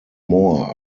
more